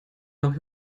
noch